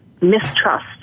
mistrust